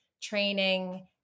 training